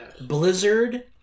Blizzard